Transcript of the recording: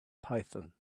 python